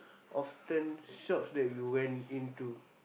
often shops that you went into